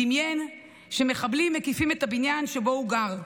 דמיין שמחבלים מקיפים את הבניין שבו הוא גר.